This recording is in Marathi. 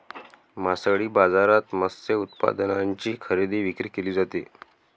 मासळी बाजारात मत्स्य उत्पादनांची खरेदी विक्री केली जाते